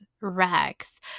Rex